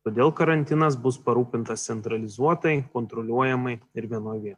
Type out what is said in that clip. todėl karantinas bus parūpintas centralizuotai kontroliuojamai ir vienoj vietoj